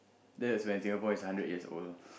that is when Singapore is a hundred years old